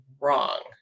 wrong